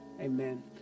Amen